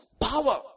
power